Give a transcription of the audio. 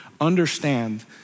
understand